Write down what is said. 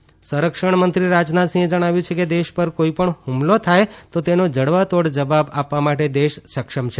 Rajnath Singh air force સંરક્ષણમંત્રી રાજનાથસિંહે જણાવ્યું છે કે દેશ પર કોઈ પણ હુમલો થાય તો તેનો જડબા તોડ જવાબ આપવા માટે દેશ સક્ષમ છે